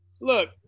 Look